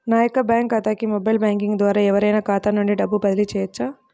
నా యొక్క బ్యాంక్ ఖాతాకి మొబైల్ బ్యాంకింగ్ ద్వారా ఎవరైనా ఖాతా నుండి డబ్బు బదిలీ చేయవచ్చా?